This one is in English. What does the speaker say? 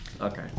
Okay